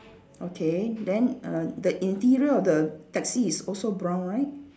okay then uh the interior of the taxi is also brown right